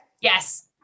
Yes